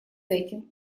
этим